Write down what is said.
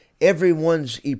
everyone's